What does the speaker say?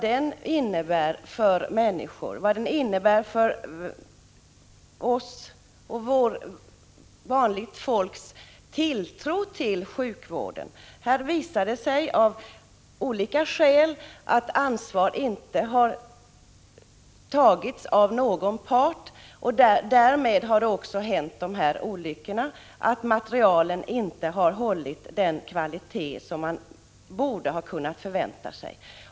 Den tid som har gått förlorad har haft sin inverkan på vanligt folks tilltro till sjukvården. Av olika skäl har någon av parterna inte tagit ansvar, och därför har också olyckorna kunnat ske. Materielen har inte hållit den kvalitet som man borde ha kunnat förvänta sig.